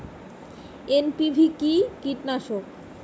NPV কি কীটনাশক?